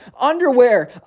underwear